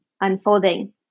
unfolding